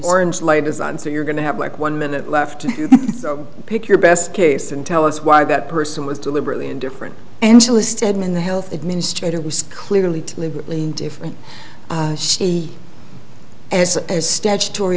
orange light is on so you're going to have like one minute left to pick your best case and tell us why that person was deliberately indifferent angela steadman the health administrator was clearly deliberately different she has a statutory